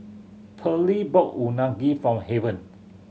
Pearly bought Unagi for Haven